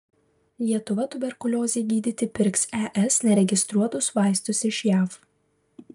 lietuva tuberkuliozei gydyti pirks es neregistruotus vaistus iš jav